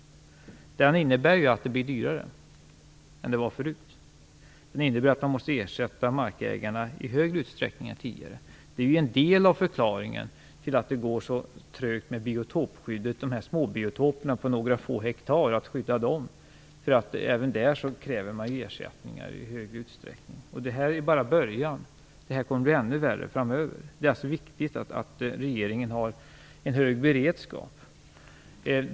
Den innebär att detta blir dyrare än det var förut och att man måste ersätta markägarna i större utsträckning än tidigare. Detta är en del av förklaringen till att det går så trögt med biotopskyddet. I stor utsträckning kräver man ersättning även för att skydda småbiotoper på några få hektar. Och det här är bara början - det kommer att bli ännu värre i framtiden. Det är alltså viktigt att regeringen har en god beredskap.